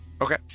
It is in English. Okay